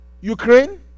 Ukraine